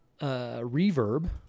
reverb